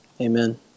Amen